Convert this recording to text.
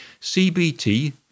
CBT